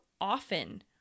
often